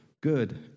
good